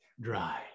dry